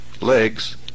legs